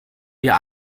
wir